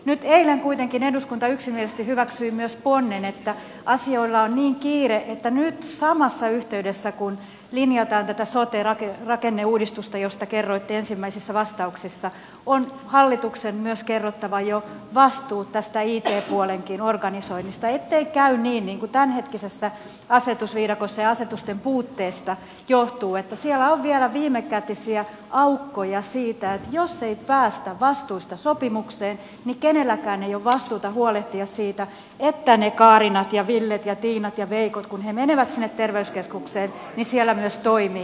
nyt eilen kuitenkin eduskunta yksimielisesti hyväksyi myös ponnen että asioilla on niin kiire että nyt samassa yhteydessä kun linjataan tätä sote rakenneuudistusta josta kerroitte ensimmäisissä vastauksissa on hallituksen jo myös kerrottava vastuu tästä it puolenkin organisoinnista ettei käy niin kuten tämänhetkisestä asetusviidakosta ja asetusten puutteesta johtuu että siellä on vielä viimekätisiä aukkoja siitä että jos ei päästä vastuista sopimukseen niin kenelläkään ei ole vastuuta huolehtia siitä että kun ne kaarinat ja villet ja tiinat ja veikot menevät sinne terveyskeskukseen niin siellä myös toimivat it järjestelmät